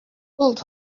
world